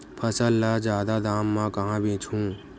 फसल ल जादा दाम म कहां बेचहु?